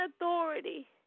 authority